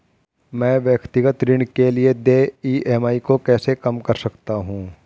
मैं व्यक्तिगत ऋण के लिए देय ई.एम.आई को कैसे कम कर सकता हूँ?